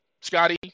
Scotty